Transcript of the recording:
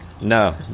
no